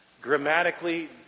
Grammatically